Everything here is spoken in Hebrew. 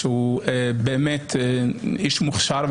שהוא באמת איש מוכשר,